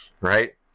Right